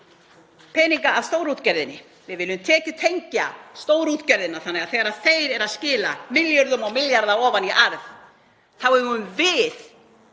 peninga af stórútgerðinni. Við viljum tekjutengja stórútgerðina þannig að þegar hún er að skila milljörðum á milljarða ofan í arð þá eigum við,